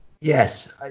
Yes